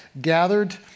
gathered